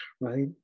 right